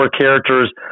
characters